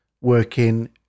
working